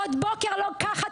עוד בוקר לוקחת,